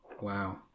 Wow